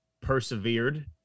persevered